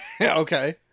Okay